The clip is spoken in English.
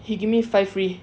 he give me five free